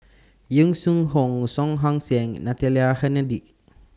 Yong Shu Hoong Song Ong Siang and Natalie Hennedige